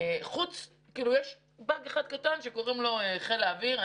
יש באג אחד קטן שקוראים לו חיל האוויר.